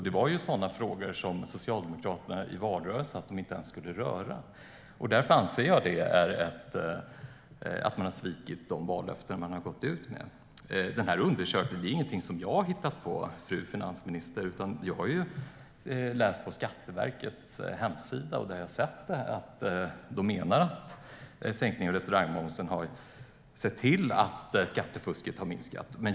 Det var sådant som Socialdemokraterna sa i valrörelsen att de inte skulle röra. Därför anser jag att de har svikit sina vallöften. Fru finansminister! Jag har inte hittat på denna undersökning. På Skatteverkets hemsida kan man läsa att sänkningen av restaurangmomsen har lett till att skattefusket har minskat.